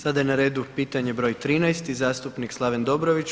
Sada je na redu pitanje boj 13 i zastupnik Slaven Dobrović.